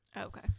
Okay